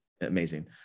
Amazing